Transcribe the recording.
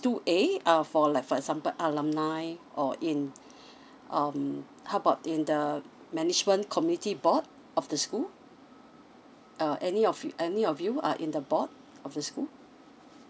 two A uh for like for example alumni or in um how about in the management committee board of the school uh any of yo~ any of you are in the board of the school